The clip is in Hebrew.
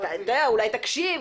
אולי תקשיב,